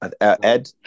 Ed